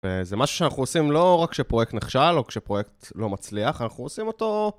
זה משהו שאנחנו עושים לא רק כשפרויקט נכשל או כשפרויקט לא מצליח, אנחנו עושים אותו...